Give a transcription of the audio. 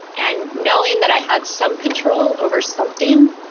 and knowing that i had some control over something